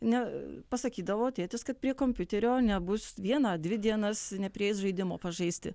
ne pasakydavo tėtis kad prie kompiuterio nebus vieną ar dvi dienas neprieis žaidimo pažaisti